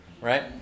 right